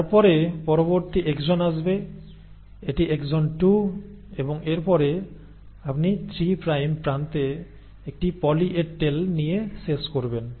তারপরে পরবর্তী এক্সন আসবে এটি এক্সন 2 এবং এরপরে আপনি 3 প্রাইম প্রান্তে একটি পলি এ টেল নিয়ে শেষ করবেন